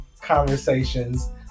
conversations